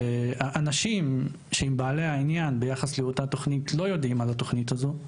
והאנשים שהם בעלי העניין ביחס לאותה תוכנית לא יודעים על התוכנית הזו,